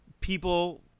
People